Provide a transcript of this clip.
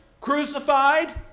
crucified